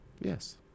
Yes